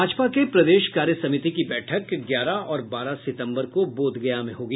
भाजपा के प्रदेश कार्य समिति की बैठक ग्यारह और बारह सितम्बर को बोधगया में होगी